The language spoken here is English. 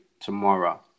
tomorrow